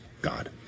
God